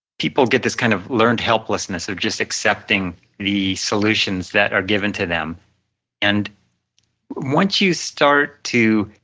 people get this kind of learned helplessness of just accepting the solutions that are given to them and once you start to